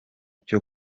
cyo